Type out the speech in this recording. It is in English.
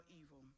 evil